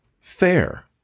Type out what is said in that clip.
fair